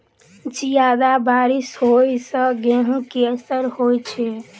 जियादा बारिश होइ सऽ गेंहूँ केँ असर होइ छै?